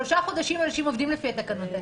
שלושה אנשים עובדים לפי התקנות האלה.